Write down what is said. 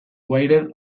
wired